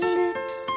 lips